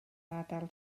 ardal